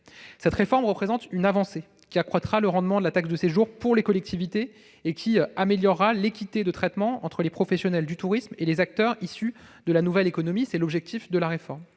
Cette réforme représente une avancée, qui accroîtra le rendement de la taxe de séjour pour les collectivités et qui améliorera l'équité de traitement entre les professionnels du tourisme et les acteurs issus de la nouvelle économie. La taxation